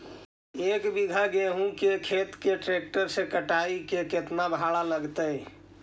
एक बिघा गेहूं के खेत के ट्रैक्टर से कटाई के केतना भाड़ा लगतै?